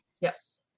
Yes